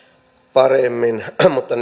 paremmin mutta